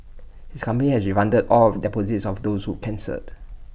his company has refunded all of deposits of those who cancelled